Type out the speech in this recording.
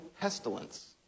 pestilence